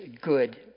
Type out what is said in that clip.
good